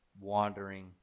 wandering